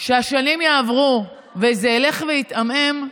שהשנים יעברו וזה ילך ויתעמעם,